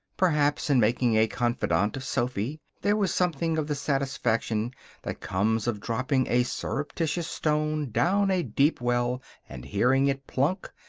perhaps, in making a confidante of sophy, there was something of the satisfaction that comes of dropping a surreptitious stone down a deep well and hearing it plunk,